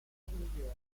migliore